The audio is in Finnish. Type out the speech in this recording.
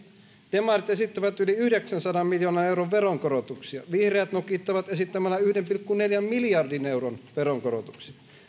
demarit esittävät yli yhdeksänsadan miljoonan euron veronkorotuksia vihreät nokittavat esittämällä yhden pilkku neljän miljardin euron veronkorotuksia